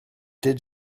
did